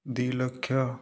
ଦୁଇଲକ୍ଷ